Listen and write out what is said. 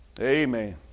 Amen